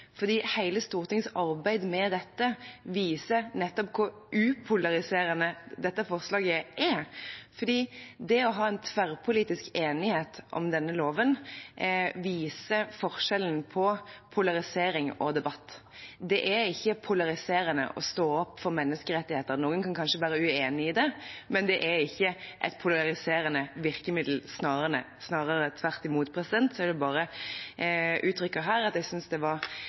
hele Stortingets arbeid med dette viser nettopp hvor upolariserende dette forslaget er. Det å ha en tverrpolitisk enighet om denne loven viser forskjellen på polarisering og debatt. Det er ikke polariserende å stå opp for menneskerettigheter. Noen kan kanskje være uenig i det, men det er ikke et polariserende virkemiddel, snarere tvert imot. Jeg vil bare uttrykke her at jeg synes det